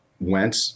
went